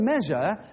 measure